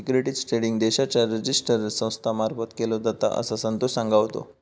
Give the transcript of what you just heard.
securities trading देशाच्या register संस्था मार्फत केलो जाता, असा संतोष सांगा होतो